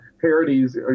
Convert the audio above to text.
parodies